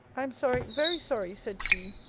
i am sorry, very sorry, said she,